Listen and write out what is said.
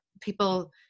people